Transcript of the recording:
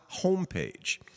homepage